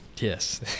Yes